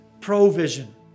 provision